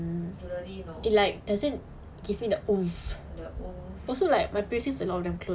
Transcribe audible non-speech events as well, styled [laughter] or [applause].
jewellery no the [noise]